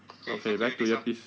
okay okay wear your earpiece